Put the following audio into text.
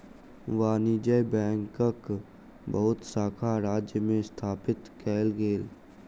वाणिज्य बैंकक बहुत शाखा राज्य में स्थापित कएल गेल